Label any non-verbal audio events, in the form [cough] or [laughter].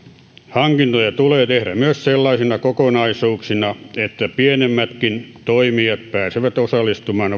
hankintoja tulee tehdä myös sellaisina kokonaisuuksina että pienemmätkin toimijat pääsevät osallistumaan [unintelligible]